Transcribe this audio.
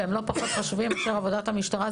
ולא פחות חשובים לשאר עבודת המשטרה,